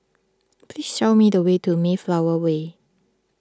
please show me the way to Mayflower Way